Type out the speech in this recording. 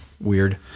Weird